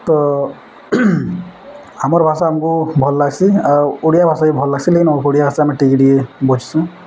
ତ ଆମର୍ ଭାଷା ଆମ୍କୁ ଭଲ୍ ଲାଗ୍ସି ଆଉ ଓଡ଼ିଆ ଭାଷା ବି ଭଲ୍ ଲାଗ୍ସି ଲେକିନ୍ ଓଡ଼ିଆ ଭାଷା ଆମେ ଟିକେ ଟିକଏ ବୁଝ୍ସୁଁ